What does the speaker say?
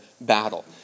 battle